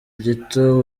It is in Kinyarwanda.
gito